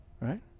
Right